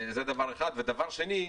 דבר שני,